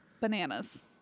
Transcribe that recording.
bananas